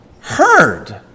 heard